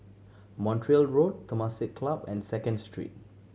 Montreal Road Temasek Club and Second Street